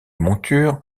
monture